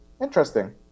interesting